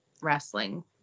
wrestling